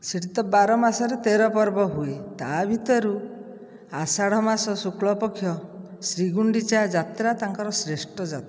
ସେଠି ତ ବାର ମାସରେ ତେର ପର୍ବ ହୁଏ ତା ଭିତରୁ ଆଷାଢ଼ ମାସ ଶୁକ୍ଳ ପକ୍ଷ୍ୟ ଶ୍ରୀ ଗୁଣ୍ଡିଚା ଯାତ୍ରା ତାଙ୍କର ଶ୍ରେଷ୍ଠ ଯାତ୍ରା